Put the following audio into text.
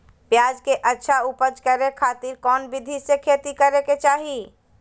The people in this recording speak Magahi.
प्याज के अच्छा उपज करे खातिर कौन विधि से खेती करे के चाही?